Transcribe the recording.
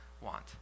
want